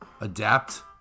Adapt